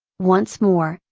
once more,